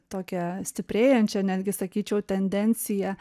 tokią stiprėjančią netgi sakyčiau tendenciją